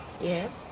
Yes